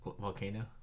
volcano